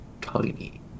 tiny